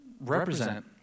represent